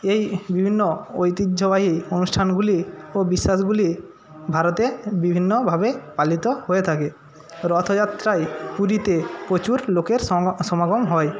এই বিভিন্ন ঐতিহ্যবাহী অনুষ্ঠানগুলি ও বিশ্বাসগুলি ভারতে বিভিন্নভাবে পালিত হয়ে থাকে রথযাত্রায় পুরীতে প্রচুর লোকের সমাগম হয়